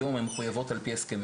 היום הן מחויבות על פי הסכמים.